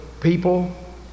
people